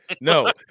No